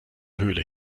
höhle